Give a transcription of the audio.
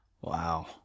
wow